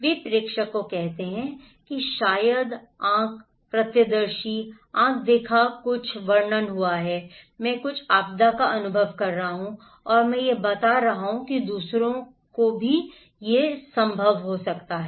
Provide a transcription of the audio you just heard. वे प्रेषक हो सकते हैं या शायद आंख प्रत्यक्षदर्शी आंख देखा हुआ हो सकता है मैं मैं कुछ आपदा का अनुभव कर रहा हूं और मैं यह बता रहा हूं कि दूसरों को यह संभव है